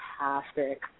fantastic